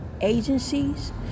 agencies